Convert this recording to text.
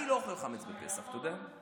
אני לא אוכל חמץ בפסח, אתה יודע?